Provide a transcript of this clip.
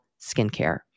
skincare